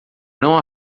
não